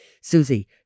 Susie